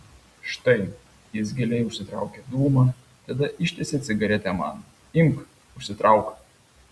štai jis giliai užsitraukia dūmą tada ištiesia cigaretę man imk užsitrauk